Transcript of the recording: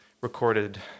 Recorded